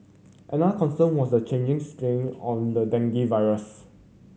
another concern was the changing strain on the dengue virus